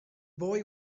boy